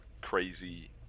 crazy